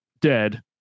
dead